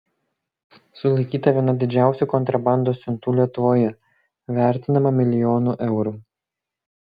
sulaikyta viena didžiausių kontrabandos siuntų lietuvoje vertinama milijonu eurų